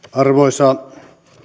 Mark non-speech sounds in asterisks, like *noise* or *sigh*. *unintelligible* arvoisa